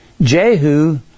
Jehu